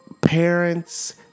Parents